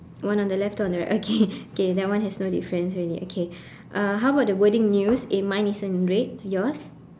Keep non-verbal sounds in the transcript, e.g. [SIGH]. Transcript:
one on the left two on the right okay [LAUGHS] okay that one has no difference already okay uh how about the wording news in mine is in red yours